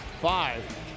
five